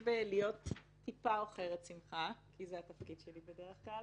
קצת עוכרת שמחה כי זה התפקיד שלי בדרך כלל.